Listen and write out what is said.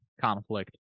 conflict